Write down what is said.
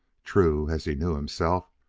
true, as he knew himself,